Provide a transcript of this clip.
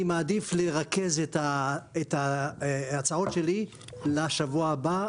אני מעדיף לרכז את ההצעות שלי לשבוע הבא,